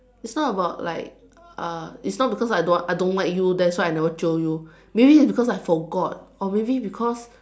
it's not about like uh it's not because I don't want I don't like you that's why I never jio you maybe because I forgot or maybe because